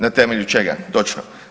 Na temelju čega, točno.